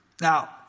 Now